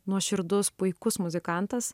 nuoširdus puikus muzikantas